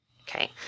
Okay